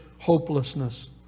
hopelessness